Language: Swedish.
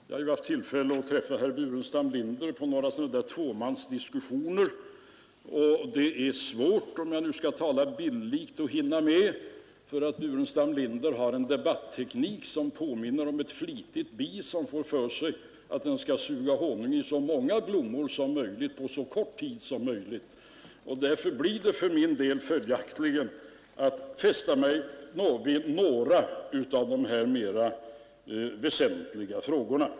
Jag har ju haft tillfälle att träffa herr Burenstam Linder i några sådana där tvåmansdiskussioner, och det är svårt att hinna med allt, för herr Burenstam Linder har en debatteknik som — om jag nu skall tala bildligt — påminner om ett flitigt bi som får för sig att det skall suga honung i så många blommor som möjligt på så kort tid som möjligt. Följaktligen får jag fästa mig vid några av de mer väsentliga frågorna.